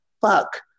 fuck